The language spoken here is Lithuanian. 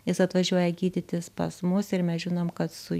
jis atvažiuoja gydytis pas mus ir mes žinom kad su